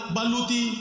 Baluti